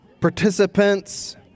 Participants